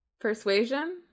Persuasion